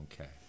Okay